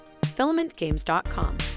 filamentgames.com